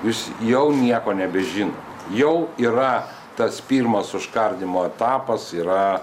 jūs jau nieko nebežinot jau yra tas pirmas užkardymo etapas yra